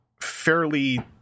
fairly